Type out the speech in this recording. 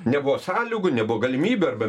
nebuvo sąlygų nebuvo galimybių arbe